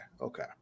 okay